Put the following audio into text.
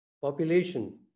population